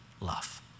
love